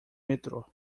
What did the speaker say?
metrô